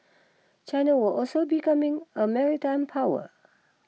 China will also becoming a maritime power